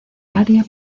área